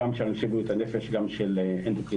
גם של אנשי בריאות הנפש, גם של אנדוקרינולוגיה,